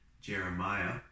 Jeremiah